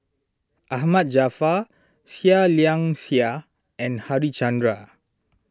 Ahmad Jaafar Seah Liang Seah and Harichandra